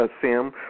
Sam